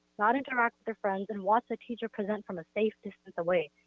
not interact with their friends, and watch a teacher present from a safe distance away.